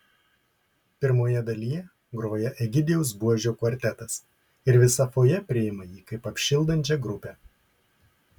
pirmoje dalyje groja egidijaus buožio kvartetas ir visa fojė priima jį kaip apšildančią grupę